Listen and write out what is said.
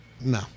No